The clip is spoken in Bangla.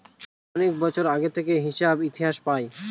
অনেক বছর আগে থেকে হিসাব ইতিহাস পায়